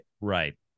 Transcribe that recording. right